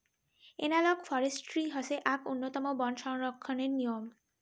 analogue forestry হসে আক উন্নতম বন সংরক্ষণের নিয়ম